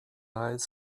eyes